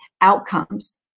outcomes